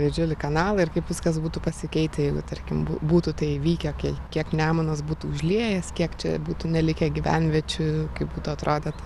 didžiulį kanalą ir kaip viskas būtų pasikeitę jeigu tarkim būtų tai įvykę kai kiek nemunas būtų užliejęs kiek čia būtų nelikę gyvenviečių kaip būtų atrodę